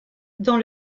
dans